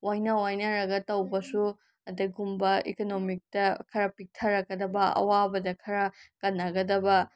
ꯋꯥꯏꯅ ꯋꯥꯏꯅꯔꯒ ꯇꯧꯕꯁꯨ ꯑꯗꯨꯒꯨꯝꯕ ꯏꯀꯣꯅꯣꯃꯤꯛꯇ ꯈꯔ ꯄꯤꯛꯊꯔꯛꯀꯗꯕ ꯑꯋꯥꯕꯗ ꯈꯔ ꯀꯟꯅꯒꯗꯕ